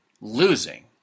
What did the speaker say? losing